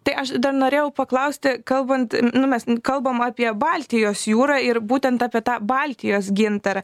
tai aš dar norėjau paklausti kalbant nu mes kalbam apie baltijos jūrą ir būtent apie tą baltijos gintarą